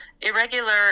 irregular